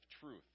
truth